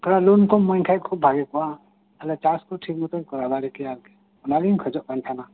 ᱛᱷᱚᱲᱟ ᱞᱳᱱ ᱠᱚᱢ ᱮᱢᱟᱤᱧ ᱠᱷᱟᱡ ᱠᱷᱩᱵ ᱵᱷᱟᱜᱤ ᱠᱚᱜᱼᱟ ᱛᱟᱦᱚᱞᱮ ᱪᱟᱥ ᱠᱚ ᱴᱷᱤᱠ ᱢᱚᱛᱚᱤᱧ ᱠᱚᱨᱟᱣ ᱫᱟᱲᱮ ᱠᱮᱭᱟ ᱟᱨᱠᱤ ᱚᱱᱟᱜᱤᱧ ᱠᱷᱚᱡᱚᱜ ᱠᱟᱱ ᱛᱟᱸᱦᱮᱱᱟ